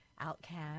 outcast